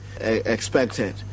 expected